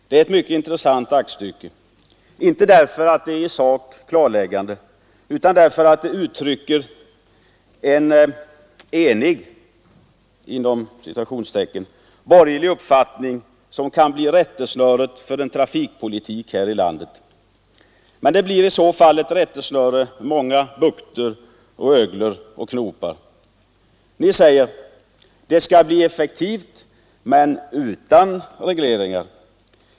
Det är ett mycket intressant aktstycke — inte därför att det är i sak klarläggande utan därför att det uttrycker en ”enig” borgerlig uppfattning som kan bli rättesnöret för trafikpolitiken här i landet. Men det blir i så fall ett rättesnöre med många bukter, öglor och knopar. Ni säger att trafikpolitiken skall bli effektiv men utan regleringar.